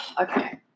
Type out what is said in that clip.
okay